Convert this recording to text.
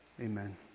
Amen